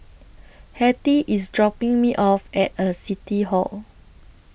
Hettie IS dropping Me off At City Hall